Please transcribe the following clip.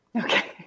Okay